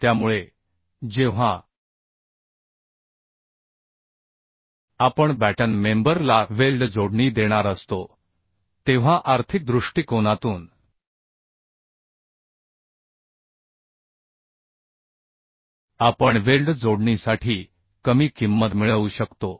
त्यामुळे जेव्हा आपण बॅटन मेंबर ला वेल्ड जोडणी देणार असतो तेव्हा आर्थिक दृष्टिकोनातूनआपण वेल्ड जोडणीसाठी कमी किंमत मिळवू शकतो